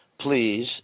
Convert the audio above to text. Please